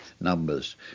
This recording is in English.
numbers